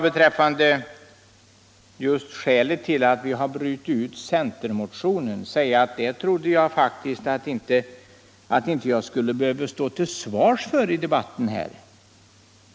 Beträffande skälet till att vi har brutit ut centermotionen vill jag säga att det trodde jag faktiskt inte jag skulle behöva stå till svars för i debatten.